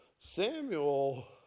Samuel